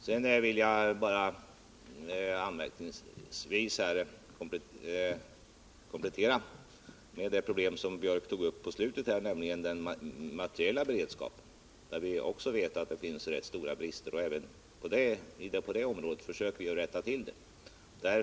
Sedan vill jag lämna en kort komplettering till det Gunnar Biörck tog uppi slutet av sitt anförande, nämligen problemet när det gäller den materiella beredskapen. Också på det området finns det som vi vet rätt stora brister, och vi försöker rätta till även dem.